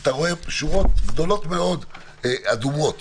אתה רואה שורות גדולות מאוד אדומות